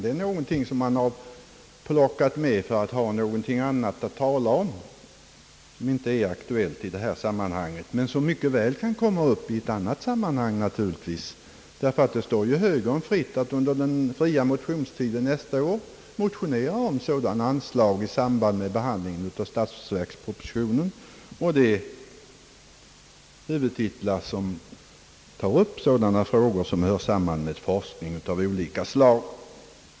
Det är något som man har plockat fram för att ha någonting annat att tala om — något som inte är aktuellt vid avgörandet av frågan om banken men som naturligtvis mycket väl kan komma upp i annat sammanhang. Det står ju exempelvis högern fritt att under den allmänna motionstiden nästa år motionerna om sådana anslag i samband med behandlingen av statsverkspropositionen och de huvudtitlar som rymmer sådana frågor som hör ihop med forskning av olika slag.